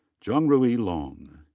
zhongrui long.